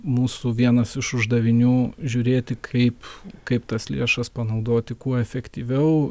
mūsų vienas iš uždavinių žiūrėti kaip kaip tas lėšas panaudoti kuo efektyviau